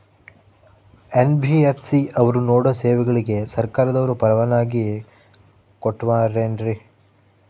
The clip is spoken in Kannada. ಎನ್.ಬಿ.ಎಫ್.ಸಿ ಅವರು ನೇಡೋ ಸೇವೆಗಳಿಗೆ ಸರ್ಕಾರದವರು ಪರವಾನಗಿ ಕೊಟ್ಟಾರೇನ್ರಿ?